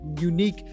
unique